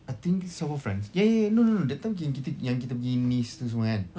I think south of france ya ya ya no no no that time yang kita yang kita pergi nice tu semua kan